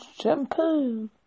Shampoo